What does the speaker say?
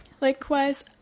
Likewise